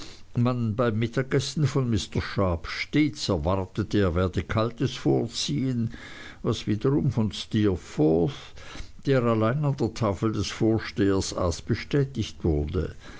beim mittagessen von mr sharp stets erwarte er werde kaltes vorziehen was wiederum von steerforth der allein an der tafel des vorstehers aß bestätigt wurde